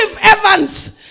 Evans